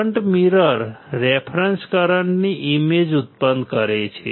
current mirror reference કરંટની image ઉત્પન્ન કરે છે